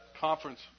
conference